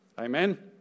Amen